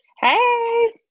Hey